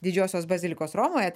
didžiosios bazilikos romoje